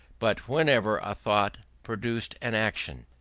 but whenever a thought produced an action.